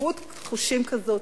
בקהות חושים כזאת,